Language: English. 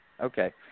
okay